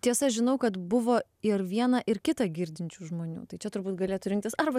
tiesa žinau kad buvo ir viena ir kita girdinčių žmonių tai čia turbūt galėtų rinktis arba